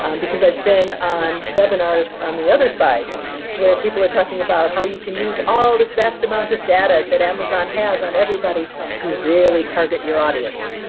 because i've been on webinars on the other side where people are talking about how you can use all this vast amount of data that amazon has on everybody to really target your audience.